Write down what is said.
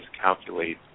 calculate